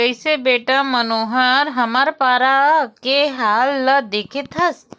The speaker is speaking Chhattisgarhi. कइसे बेटा मनोहर हमर पारा के हाल ल देखत हस